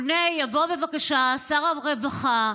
יבוא בבקשה שר הרווחה,